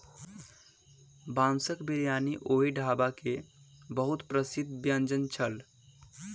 बांसक बिरयानी ओहि ढाबा के बहुत प्रसिद्ध व्यंजन छल